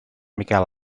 miquel